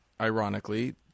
ironically